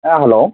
ஆ hello